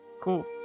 Cool